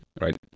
right